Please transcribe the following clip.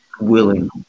willing